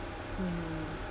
mm